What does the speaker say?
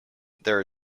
there